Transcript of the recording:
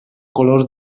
color